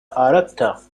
أردت